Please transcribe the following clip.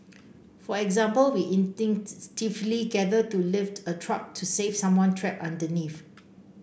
for example we instinctively gather to lift a truck to save someone trapped underneath